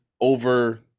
over